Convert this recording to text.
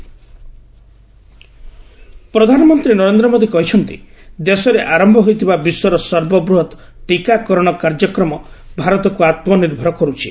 PM vaccination ପ୍ରଧାନମନ୍ତ୍ରୀ ନରେନ୍ଦ୍ର ମୋଦୀ କହିଛନ୍ତି ଦେଶରେ ଆରନ୍ତ ହୋଇଥିବା ବିଶ୍ୱର ସର୍ବବୃହତ ଟିକାକରଣ କାର୍ଯ୍ୟକ୍ରମ ଭାରତକୁ ଆତ୍ମ ନିର୍ଭର କରୁଛି